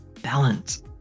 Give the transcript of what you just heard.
balance